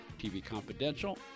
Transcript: tvconfidential